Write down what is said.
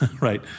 right